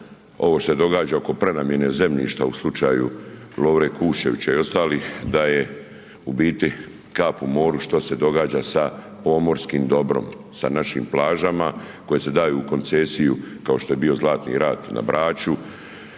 ovo što se događa oko prenamjene zemljišta u slučaju Lovre Kuščevića i ostalih da je u biti kap u moru šta se događa sa pomorskim dobrom, sa našim plažama koje se daju u koncesiju kao što je bio Zlatni rat na Braču,